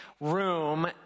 room